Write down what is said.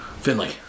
Finley